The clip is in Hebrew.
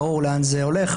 אז ברור לאן זה הולך,